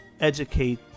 educate